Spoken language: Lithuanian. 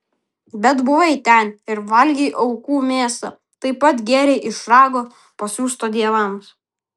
bet buvai ten ir valgei aukų mėsą taip pat gėrei iš rago pasiųsto dievams